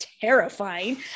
terrifying